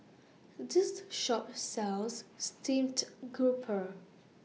This Shop sells Steamed Grouper